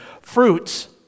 Fruits